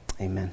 amen